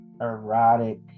erotic